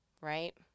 right